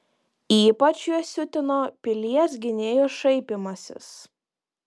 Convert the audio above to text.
ypač juos siutino pilies gynėjų šaipymasis